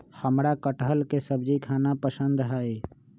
हमरा कठहल के सब्जी खाना पसंद हई